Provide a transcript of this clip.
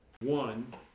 one